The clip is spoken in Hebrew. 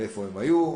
לאיפה שהם היו,